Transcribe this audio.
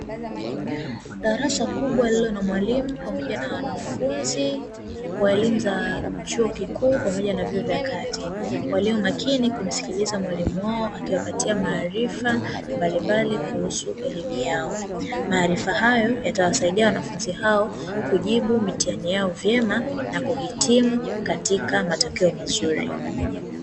Darasa kubwa lililo na mwalimu pamoja na wanafunzi wa elimu za chuo kikuu pamoja na vyuo vya kati, walio makini kumsikilia mwalimu wao akiwapatia maarifa mbalimbali kuhusu elimu yao. Maarifa hayo yatawasaidia wanafunzi hao kujibu mitihani yao vyema na kuhitimu katika matokeo mazuri.